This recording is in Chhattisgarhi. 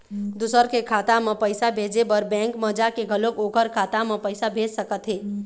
दूसर के खाता म पइसा भेजे बर बेंक म जाके घलोक ओखर खाता म पइसा भेज सकत हे